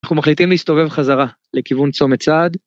אנחנו מחליטים להסתובב חזרה לכיוון צומת צעד.